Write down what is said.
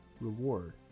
reward